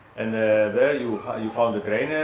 and there you you found a trainer?